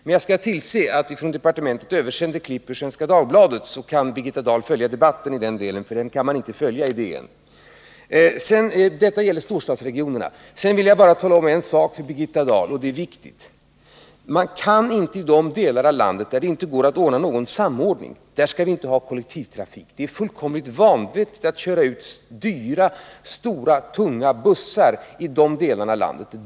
Men jag skall tillse att vi från departementet översänder klipp ur Svenska Dagbladet, så kan Birgitta Dahl följa debatten i den delen — den kan man inte följa i DN. Detta gäller storstadsregionerna. Sedan vill jag bara tala om en sak för Birgitta Dahl, och det är viktigt. I de delar av landet där det inte går att åstadkomma samordning i tillräcklig utsträckning skall vi inte ha kollektivtrafik. Det är fullkomligt vanvettigt att köra ut dyra stora tunga bussar i de delarna av landet.